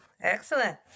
Excellent